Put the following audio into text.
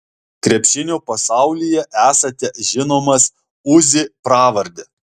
krepšinio pasaulyje esate žinomas uzi pravarde